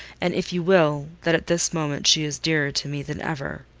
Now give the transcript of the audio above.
and if you will, that at this moment she is dearer to me than ever.